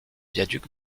viaduc